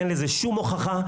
אין לזה שום הוכחה,